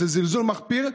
זלזול מחפיר,